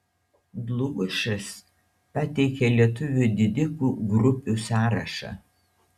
dlugošas pateikia lietuvių didikų grupių sąrašą